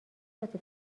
عاطفی